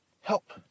help